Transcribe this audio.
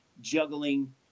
juggling